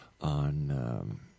on